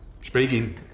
Speaking